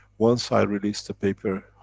once i release the paper,